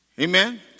Amen